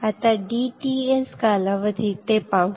आता dTs कालावधीत ते पाहू